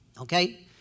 okay